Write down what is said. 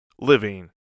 living